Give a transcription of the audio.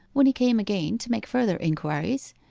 when he came again to make further inquiries,